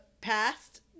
past